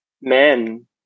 men